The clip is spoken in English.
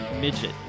midget